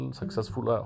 successful